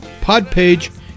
Podpage